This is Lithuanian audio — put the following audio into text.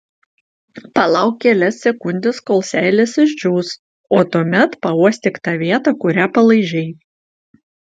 palauk kelias sekundes kol seilės išdžius o tuomet pauostyk tą vietą kurią palaižei